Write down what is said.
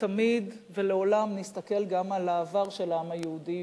תמיד ולעולם נסתכל גם על העבר של העם היהודי,